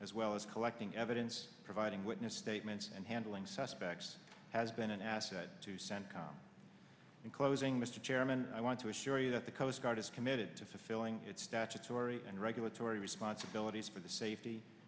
as well as collecting evidence providing witness statements and handling suspects has been an asset to centcom in closing mr chairman i want to assure you that the coast guard is committed to fulfilling its statutory and regulatory responsibilities for the safety